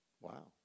Wow